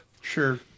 Sure